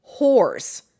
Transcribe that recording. whores